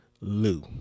lou